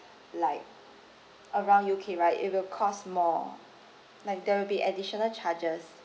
like around U_K right it will cost more like there will be additional charges